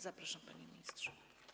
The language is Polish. Zapraszam, panie ministrze.